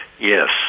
Yes